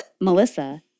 Melissa